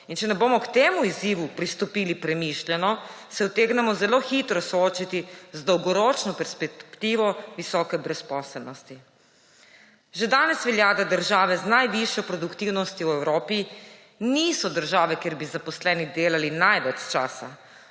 in če ne bomo k temu izzivu pristopili premišljeno, se utegnemo zelo hitro soočiti z dolgoročno perspektivo visoke brezposelnosti. Že danes velja, da države z najvišjo produktivnostjo v Evropi niso države, kjer bi zaposleni delali največ časa,